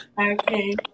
Okay